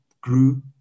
grew